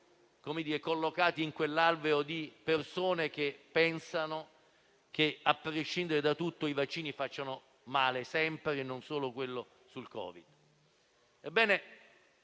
e quindi collocati in quell'alveo di persone che pensano che, a prescindere da tutto, i vaccini facciano male sempre e non solo quello contro il